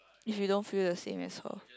if you don't feel the same as her